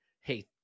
hey